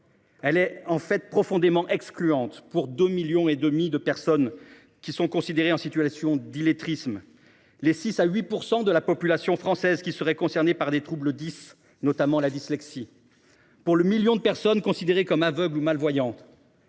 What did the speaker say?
Elle est en fait profondément excluante pour les 2,5 millions de personnes considérées en situation d’illettrisme, pour les 6 % à 8 % de la population concernés par des troubles « dys », notamment la dyslexie, ou encore pour le million de personnes considérées comme aveugles ou malvoyantes.